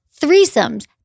threesomes